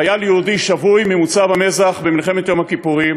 חייל יהודי שבוי ממוצב המזח במלחמת יום הכיפורים,